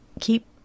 keep